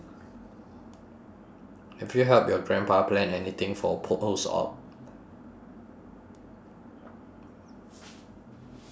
have you helped your grandpa plan anything for post op